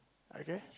okay